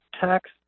tax